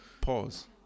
Pause